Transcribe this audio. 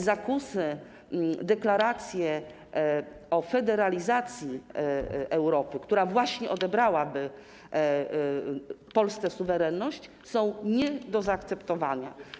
Zakusy, deklaracje o federalizacji Europy, która właśnie odebrałaby Polsce suwerenność, są nie do zaakceptowania.